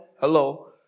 Hello